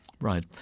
Right